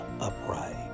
upright